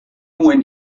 when